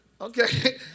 Okay